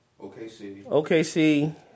OKC